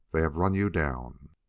they have run you down.